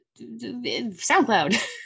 SoundCloud